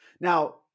now